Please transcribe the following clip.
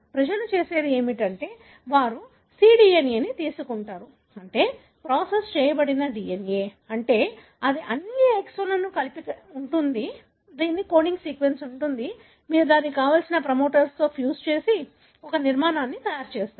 ప్రజలు చేసేది ఏమిటంటే వారు cDNAను తీసుకుంటారు అంటే ప్రాసెస్ చేయబడిన DNA అంటే అది అన్ని ఎక్సోన్లను కలిపి కలిగి ఉంటుంది దీనికి కోడింగ్ సీక్వెన్స్ ఉంటుంది మీరు దానిని కావలసిన ప్రమోటర్తో ఫ్యూజ్ చేసి ఒక నిర్మాణాన్ని తయారు చేస్తారు